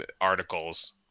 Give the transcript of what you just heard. articles